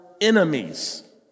enemies